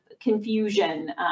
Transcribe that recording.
confusion